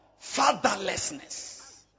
fatherlessness